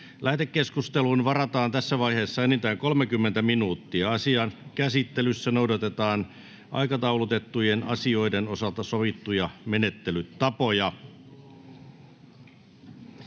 Lähetekeskusteluun varataan tässä vaiheessa enintään 30 minuuttia. Asian käsittelyssä noudatetaan aikataulutettujen asioiden osalta sovittuja menettelytapoja.